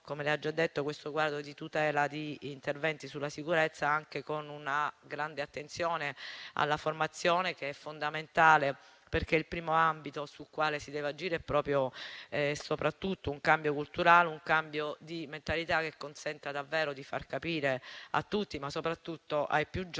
come ha già detto il Ministro, con una grande attenzione alla formazione, che è fondamentale, perché il primo ambito sul quale si deve agire è proprio e soprattutto un cambio culturale, un cambio di mentalità che consenta davvero di far capire a tutti, ma soprattutto ai più giovani,